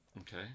Okay